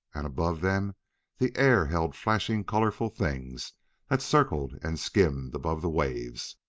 and above them the air held flashing colorful things that circled and skimmed above the waves.